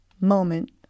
moment